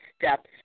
steps